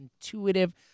intuitive